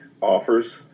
offers